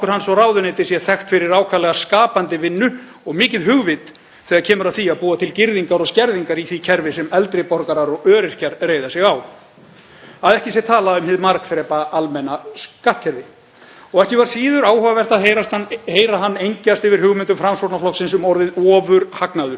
að ekki sé talað um hið margþrepa almenna skattkerfi. Ekki var síður áhugavert að heyra hann engjast yfir hugmyndum Framsóknarflokksins um orðið ofurhagnað. Það hugtak virtist honum framandi og illskilgreinanlegt og ómögulegt annað en að draga þá ályktun að hann hafni alfarið þessum góðu hugmyndum samstarfsflokksins.